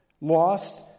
Lost